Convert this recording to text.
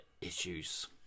issues